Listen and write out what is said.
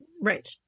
Right